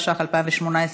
התשע"ח 2018,